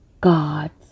God's